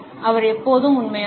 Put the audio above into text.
அவர் எப்போதும் உண்மையானவர்